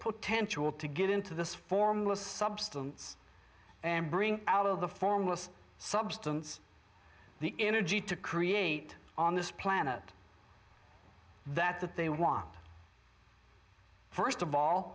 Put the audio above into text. potential to get into this formless substance and bring out of the formless substance the energy to create on this planet that that they want first of all